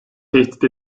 tehdit